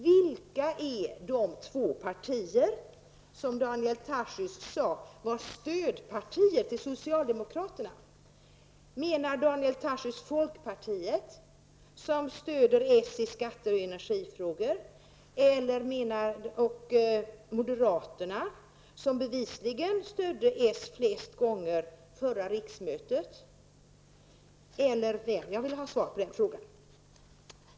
Vilka är de två partier som Daniel Tarschys sade var stödpartier till socialdemokraterna? Menar Daniel Tarschys folkpartiet, som stöder socialdemokraterna i skatte och energifrågor eller menar han moderaterna, som bevislingen stödde socialdemokraterna flest gånger under förra riksmötet? Jag vill ha ett svar på den frågan.